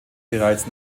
bereits